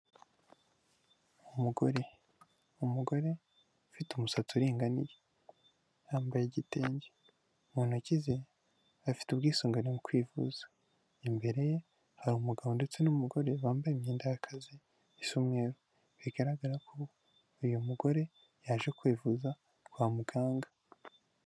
Umugore, umugore ufite umusatsi uringaniye yambaye igitenge mu ntoki, ze afite ubwisungane mu kwivuza imbere ye hari umugabo ndetse n'umugore bambaye imyenda y'akazi isa umweru, bigaragara ko uyu mugore yaje kwivuza kwa muganga.